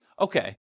okay